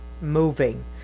moving